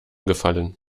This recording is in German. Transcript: gefallen